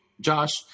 Josh